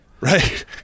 right